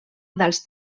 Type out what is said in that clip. dels